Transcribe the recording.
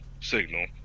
signal